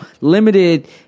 Limited